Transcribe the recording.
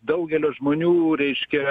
daugelio žmonių reiškia